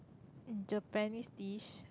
Japanese dish